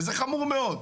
וזה חמור מאוד,